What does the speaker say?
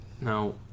now